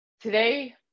today